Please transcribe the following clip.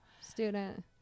student